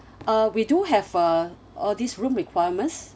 uh we do have uh uh this room requirements